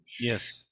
yes